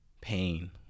pain